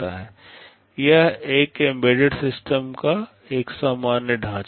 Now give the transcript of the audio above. यह एक embedded system का एक सामान्य ढांचा है